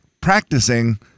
practicing